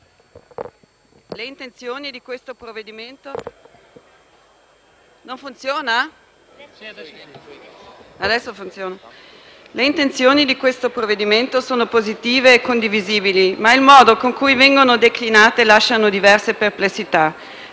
le intenzioni del provvedimento in esame sono positive e condivisibili, ma il modo con cui vengono declinate lascia diverse perplessità.